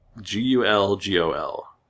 G-U-L-G-O-L